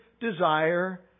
desire